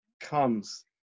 comes